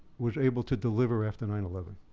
was able to deliver after nine eleven.